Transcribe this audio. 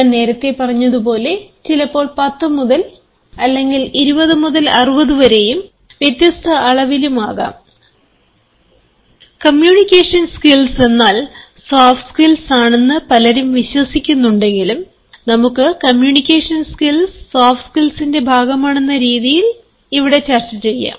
ഞാൻ നേരത്തെ പറഞ്ഞതുപോലെ ചിലപ്പോൾ 10 മുതൽ 20 മുതൽ 60 വരെയും വ്യത്യസ്ത അളവിലും ആകാം സോഫ്റ്റ് സ്കിൽസിനെ നമുക്ക് പല മേഖലയായി തരംതിരിക്കുമ്പോൾ കമ്മ്യൂണിക്കേഷൻ സ്കിൽസ് എന്നാൽ സോഫ്റ്റ് സ്കിൽസ് ആണെന്ന് പലരും വിശ്വസിക്കുന്നുണ്ടെങ്കിലും നമുക്ക് കമ്മ്യൂണിക്കേഷൻ സ്കിൽസ് സോഫ്റ്റ് സ്കിൽസ്ന്റെ ഭാഗമാണെന്ന രീതിയിൽ ഇവിടെ ചർച്ച ചെയ്യാം